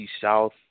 South